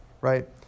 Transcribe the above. right